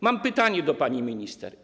Mam pytania do pani minister.